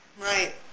Right